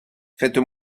faites